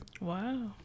Wow